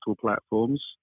platforms